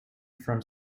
from